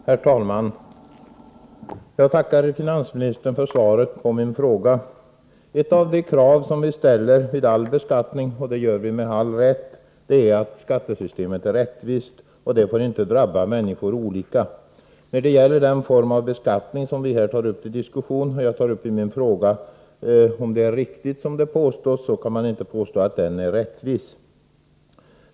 Herr talman! Jag tackar finansministern för svaret på min fråga. Ett av de krav som vi — med all rätt — ställer vid all beskattning är att skattesystemet är rättvist. Det får inte vara sådant att det drabbar människor olika. När det gäller den form av beskattning som jag tar upp i min fråga kan man inte påstå — om nu uppgifterna härvidlag är riktiga — att systemet är rättvist.